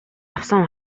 авсан